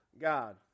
God